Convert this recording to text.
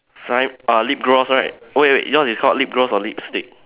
shine uh lip gloss right wait wait yours is called lip gloss or lipstick